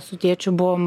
su tėčiu buvom